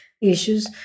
issues